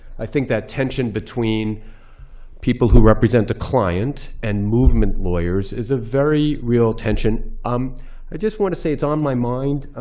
i think that tension between people who represent the client and movement lawyers is a very real tension. um i just want to say, it's on my mind,